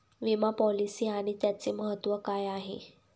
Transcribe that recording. विमा पॉलिसी आणि त्याचे महत्व काय आहे?